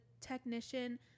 technician